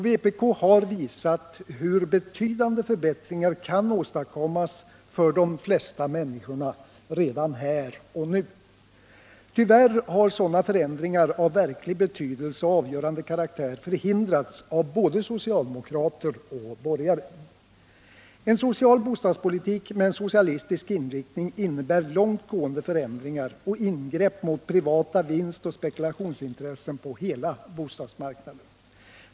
Vpk har visat hur betydande förbättringar kan åstadkommas för de flesta människorna redan här och nu. Tyvärr har sådana förändringar av verklig betydelse och avgörande karaktär förhindrats av både socialdemokrater och borgare. En social bostadspolitik med en socialistisk inriktning innebär långt gående förändringar och ingrepp mot privata vinstoch spekulationsintressen på hela bostadsmarknaden.